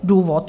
Důvod?